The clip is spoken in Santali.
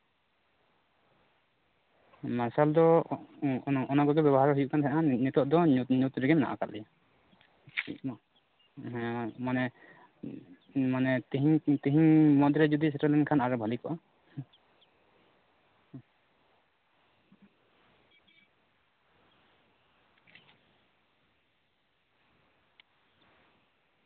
ᱢᱟᱨᱥᱟᱞ ᱫᱚ ᱚᱱᱟ ᱠᱚᱜᱮ ᱞᱮ ᱵᱮᱵᱚᱦᱟᱨ ᱤᱫᱤᱭᱮᱫ ᱛᱟᱦᱮᱱᱟ ᱱᱤᱛᱳᱜ ᱫᱚ ᱧᱩᱛ ᱨᱮᱜᱮ ᱢᱮᱱᱟᱜ ᱠᱟᱜ ᱞᱮᱭᱟ ᱦᱮᱸ ᱢᱟᱱᱮ ᱢᱟᱱᱮ ᱛᱮᱦᱮᱧ ᱛᱮᱦᱮᱧ ᱢᱩᱫᱽᱨᱮ ᱥᱮᱴᱮᱨ ᱞᱮᱱᱠᱷᱟᱱ ᱟᱨᱚ ᱵᱷᱟᱞᱮ ᱠᱚᱜᱼᱟ